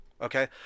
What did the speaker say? Okay